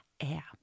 air